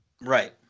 right